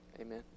Amen